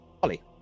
Holly